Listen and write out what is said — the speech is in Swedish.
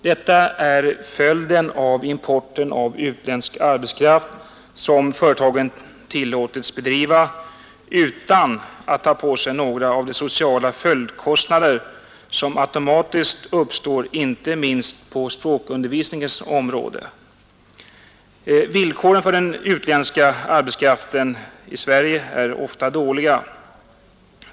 Detta är följden av den import av utländsk arbetskraft som företagen tillåtits bedriva utan att ta på sig några av de sociala följdkostnader som automatiskt uppstår, inte minst på språkundervisningens område. Villkoren för den utländska arbetskraften i Sverige är ofta dåliga.